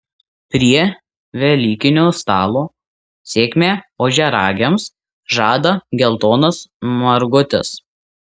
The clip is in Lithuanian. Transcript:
prie velykinio stalo sėkmę ožiaragiams žada geltonas margutis